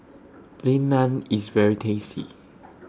Plain Naan IS very tasty